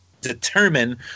determine